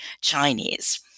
Chinese